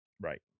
Right